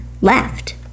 left